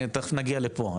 תכף נגיע לפה,